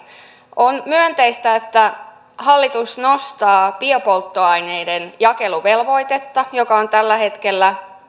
on myönteistä että hallitus nostaa biopolttoaineiden jakeluvelvoitetta tällä hetkellä